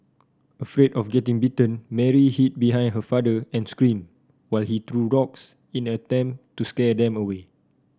afraid of getting bitten Mary hid behind her father and screamed while he threw rocks in an attempt to scare them away